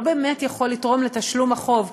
לא באמת יכול לתרום לתשלום החוב,